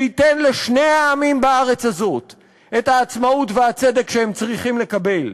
שייתן לשני העמים בארץ הזאת את העצמאות והצדק שהם צריכים לקבל,